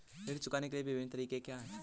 ऋण चुकाने के विभिन्न तरीके क्या हैं?